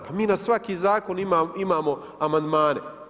Pa mi na svako zakon imamo amandmane.